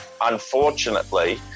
unfortunately